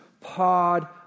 pod